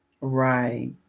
Right